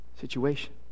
situation